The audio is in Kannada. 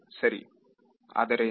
ವಿದ್ಯಾರ್ಥಿ ಆದರೆ